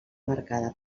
marcada